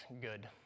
good